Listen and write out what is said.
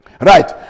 Right